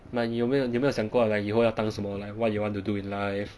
like 你有没有你有没有想过 like 以后要当什么 like what you want to do in life